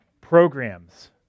Programs